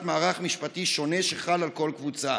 מערך משפטי שונה שחל על כל קבוצה".